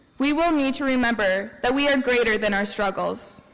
we will need to remember that we are greater than our struggles.